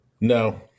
No